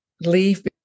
leave